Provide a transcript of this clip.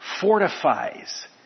fortifies